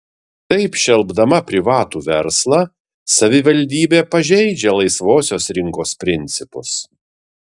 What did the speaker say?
taip šelpdama privatų verslą savivaldybė pažeidžia laisvosios rinkos principus